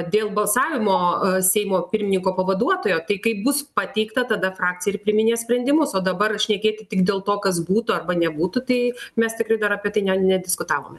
dėl balsavimo seimo pirmininko pavaduotojo tai kai bus pateikta tada frakcija ir priiminės sprendimus o dabar šnekėti tik dėl to kas būtų arba nebūtų tai mes tikrai dar apie tai ne nediskutavome